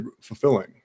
fulfilling